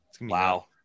Wow